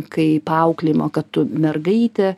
kaip auklėjimo kad tu mergaitė